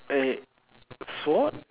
sword